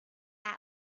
out